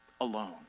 alone